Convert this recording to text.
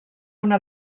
una